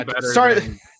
sorry